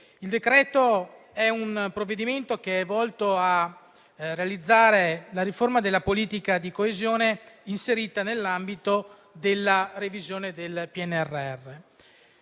emendamenti. Il provvedimento è volto a realizzare la riforma della politica di coesione inserita nell'ambito della revisione del PNRR.